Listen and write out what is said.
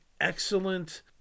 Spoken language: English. excellent